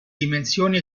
dimensioni